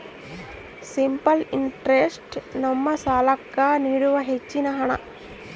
simple interest ನಮ್ಮ ಸಾಲ್ಲಾಕ್ಕ ನೀಡುವ ಹೆಚ್ಚಿನ ಹಣ್ಣ